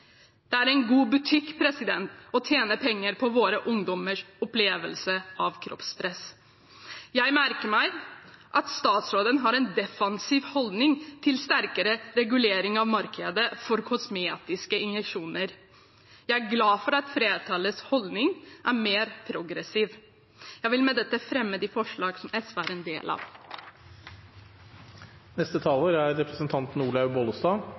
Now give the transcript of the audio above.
Det er god butikk å tjene penger på våre ungdommers opplevelse av kroppspress. Jeg merker meg at statsråden har en defensiv holdning til sterkere regulering av markedet for kosmetiske injeksjoner. Jeg er glad for at flertallets holdning er mer progressiv. Kristelig Folkeparti mener det er nødvendig at regjeringen går gjennom og fremmer forslag om regulering av tilbud om og bruk av